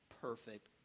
perfect